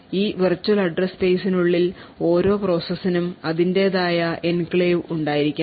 ഈ virtual address സ്പേസിനുള്ളിൽ ഓരോ പ്രോസസ്സിനും അതിന്റേതായ എൻക്ലേവ് ഉണ്ടായിരിക്കാം